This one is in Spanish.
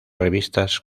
revistas